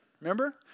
Remember